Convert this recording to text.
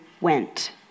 went